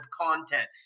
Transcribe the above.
content